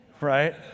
Right